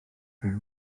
byw